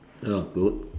that was good